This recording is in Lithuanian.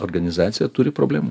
organizacija turi problemų